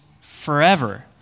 forever